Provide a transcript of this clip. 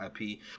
IP